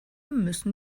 müssen